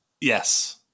Yes